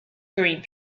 during